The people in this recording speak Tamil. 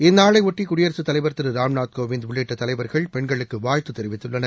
இந்நாளையாட்டி குடியரசுத் தலைவர் கிரு ராம்நாத் கோவிந்த் உள்ளிட்ட தலைவர்கள் பெண்களுக்கு வாழ்த்து தெரிவித்துள்ளனர்